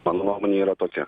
mano nuomonė yra tokia